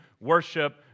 worship